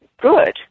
good